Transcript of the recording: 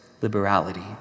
liberality